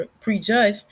prejudge